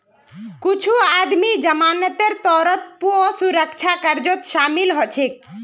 कुछू आदमी जमानतेर तौरत पौ सुरक्षा कर्जत शामिल हछेक